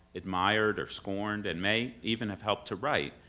admired, or scorned, and may even have helped to write,